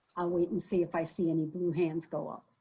i'll wait and see if i see any blue hands go up.